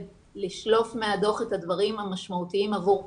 לשלוף את הדברים המשמעותיים עבור קטינים,